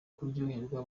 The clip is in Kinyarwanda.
kuryoherwa